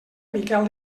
miquel